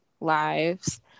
lives